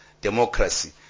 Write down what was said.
democracy